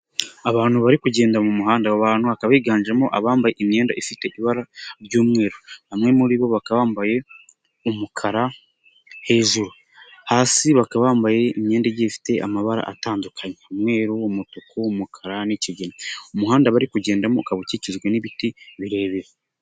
Abantu barimo kugenda mu muhanda abo bantu bakaba biganjemo abambaye imyenda ifite ibara ry'umweru, bamwe muri bo bakaba bambaye umukara hejuru, hasi bakaba bambaye imyenda ifite amabara atandukanye umweru, umutuku, umukara n'ikigina, umuhanda bari kugendamo ukaba ukikijwe n'ibiti birebire.